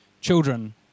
Children